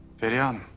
feriha,